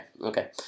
okay